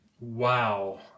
Wow